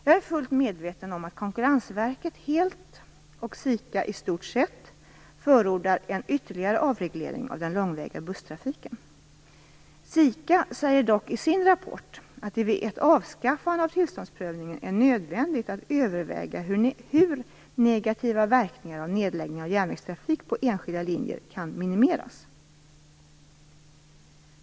Jag är fullt medveten om att Konkurrensverket helt och SIKA i stort sett förordar en ytterligare avreglering av den långväga busstrafiken. SIKA säger dock i sin rapport att det är vid ett avskaffande av tillståndsprövningen är nödvändigt att överväga hur negativa verkningar av nedläggningar av järnvägstrafik på enskilda linjer kan minimeras.